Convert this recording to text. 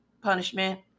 punishment